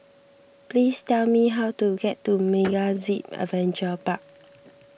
please tell me how to get to MegaZip Adventure Park